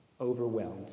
overwhelmed